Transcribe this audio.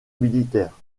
militaire